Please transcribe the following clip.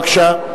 בבקשה.